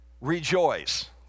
Rejoice